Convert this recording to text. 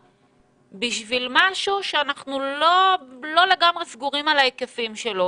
בשביל משהו שאנחנו לא לגמרי סגורים על ההיקפים שלו,